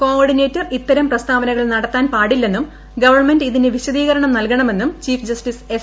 കോ ഓഡിനേറ്റർ ഇത്തര്ക് പ്രസ്താവനകൾ നടത്താൻ പാടില്ലെന്നും ഗവൺമെന്റ് ഇതിനു വിശ്ദ്ദീ്കരണം നല്കണമെന്നും ചീഫ് ജസ്റ്റിസ് എസ്